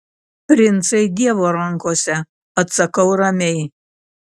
princai dievo rankose atsakau ramiai